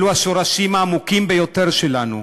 אלו השורשים העמוקים ביותר שלנו: